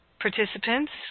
participants